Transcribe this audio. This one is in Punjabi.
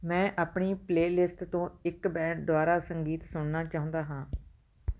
ਮੈਂ ਆਪਣੀ ਪਲੇਲਿਸਟ ਤੋਂ ਇੱਕ ਬੈਂਡ ਦੁਆਰਾ ਸੰਗੀਤ ਸੁਣਨਾ ਚਾਹੁੰਦਾ ਹਾਂ